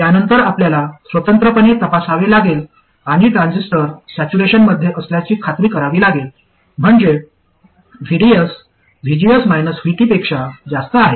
यानंतर आपल्याला स्वतंत्रपणे तपासावे लागेल आणि ट्रान्झिस्टर सॅच्युरेशनमध्ये असल्याची खात्री करावी लागेल म्हणजे VDS VGS VT पेक्षा जास्त आहे